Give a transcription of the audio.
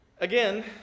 Again